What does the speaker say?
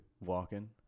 Walking